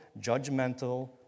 judgmental